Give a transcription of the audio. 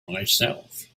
myself